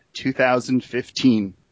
2015